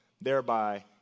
thereby